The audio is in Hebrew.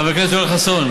חבר הכנסת יואל חסון,